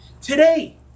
Today